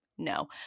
no